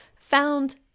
found